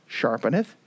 sharpeneth